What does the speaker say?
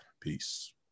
Peace